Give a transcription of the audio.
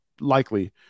likely